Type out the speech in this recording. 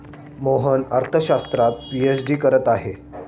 मोहन अर्थशास्त्रात पीएचडी करत आहे